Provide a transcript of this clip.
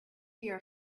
your